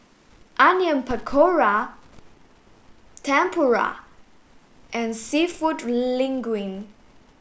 onion pakora tempura and seafood linguine